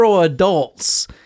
adults